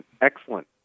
excellent